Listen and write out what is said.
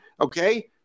okay